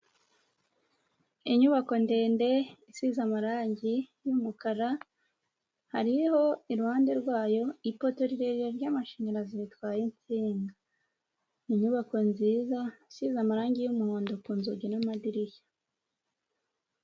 Inyubako ndende isize amarangi y'umukara, hariho iruhande rwayo ipoto rirerire ry'amashanyarazi ritwaye insinga; inyubako nziza, isize amarangi y'umuhondo ku nzugi n'amadirishya.